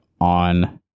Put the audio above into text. on